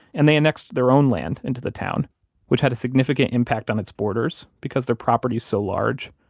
and they annexed their own land into the town which had a significant impact on its borders because their property is so large.